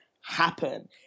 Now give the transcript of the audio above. happen